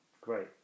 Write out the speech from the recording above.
Great